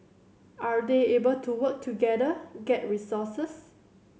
are they able to work together get resources